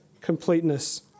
completeness